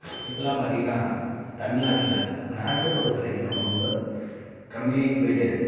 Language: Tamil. இப்பெல்லாம் பார்த்திங்கன்னா தமில்நாட்டில் நாட்டுப்புற கலைகள் ரொம்ப ரொம்ப கம்மியாகிட்டு போய்ட்டே இருக்குது